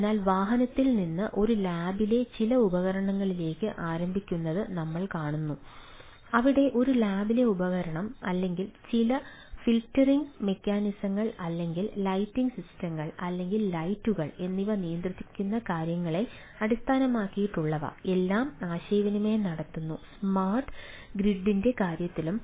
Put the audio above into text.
അതിനാൽ വാഹനത്തിൽ നിന്ന് ഒരു ലാബിലെ ചില ഉപകരണങ്ങളിലേക്ക് ആരംഭിക്കുന്നത് നമ്മൾ കാണുന്നു അവിടെ ഒരു ലാബിലെ ഉപകരണം അല്ലെങ്കിൽ ചില ഫിൽട്ടറിംഗ് മെക്കാനിസങ്ങൾ അല്ലെങ്കിൽ ലൈറ്റിംഗ് സിസ്റ്റങ്ങൾ അല്ലെങ്കിൽ ലൈറ്റുകൾ എന്നിവ നിയന്ത്രിക്കുന്ന കാര്യങ്ങളെ അടിസ്ഥാനമാക്കിയുള്ളവ എല്ലാം ആശയവിനിമയം നടത്തുന്നു സ്മാർട്ട് ഗ്രിഡിന്റെ കാര്യത്തിലും